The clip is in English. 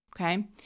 okay